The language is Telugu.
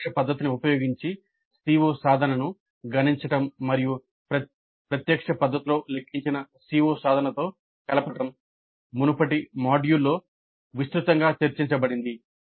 పరోక్ష పద్ధతిని ఉపయోగించి CO సాధనను గణించడం మరియు ప్రత్యక్ష పద్ధతుల్లో లెక్కించిన CO సాధనతో కలపడం మునుపటి మాడ్యూల్లో విస్తృతంగా చర్చించబడింది